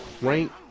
right